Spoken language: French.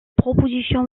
proposition